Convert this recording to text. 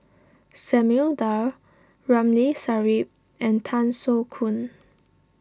Samuel Dyer Ramli Sarip and Tan Soo Khoon